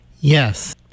Yes